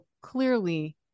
clearly